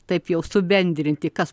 taip jau subendrinti kas